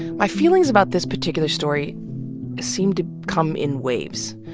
my feelings about this particular story seem to come in waves.